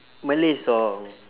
malay song